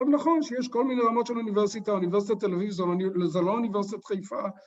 ‫נכון שיש כל מיני רמות של אוניברסיטה. ‫אוניברסיטת תל אביב זו לא ‫אוניברסיטת חיפה.